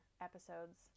episodes